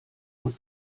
und